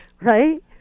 Right